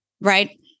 right